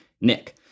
Nick